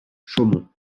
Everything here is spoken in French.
chaumont